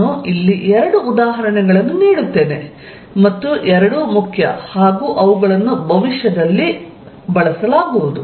ನಾನು ಇಲ್ಲಿ ಎರಡು ಉದಾಹರಣೆಗಳನ್ನು ನೀಡುತ್ತೇನೆ ಮತ್ತು ಎರಡೂ ಮುಖ್ಯ ಹಾಗೂ ಅವುಗಳನ್ನು ಭವಿಷ್ಯದಲ್ಲಿ ಬಳಸಲಾಗುವುದು